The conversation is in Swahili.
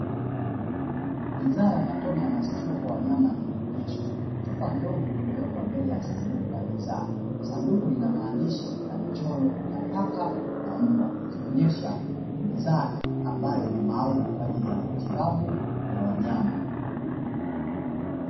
Bidhaa ya matone ya masikio kwa wanyama imeonyeshwa, chupa ndogo imewekwa mbele ya sanduku la bidhaa, sanduku lina maandishi na michoro ya paka na mbwa ikionyesha ni bidhaa maalumu kwa ajili ya matibabu ya wanyama.